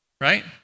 right